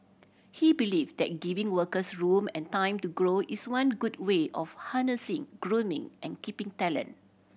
he believes that giving workers room and time to grow is one good way of harnessing grooming and keeping talent